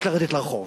רק לרדת לרחוב.